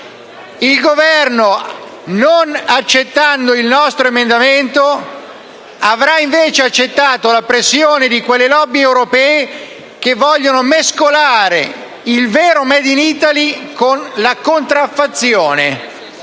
Il Governo, non accettando il nostro emendamento, avrà invece accettato la pressione di quelle *lobby* europee che vogliono mescolare il vero *made in Italy* con la contraffazione.